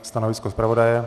Stanovisko zpravodaje?